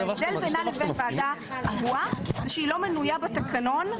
ההבדל בינה לבין ועדה קבועה זה שהיא לא מנויה בתקנון,